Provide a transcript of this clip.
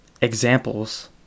examples